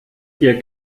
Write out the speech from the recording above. ihr